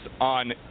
on